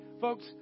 folks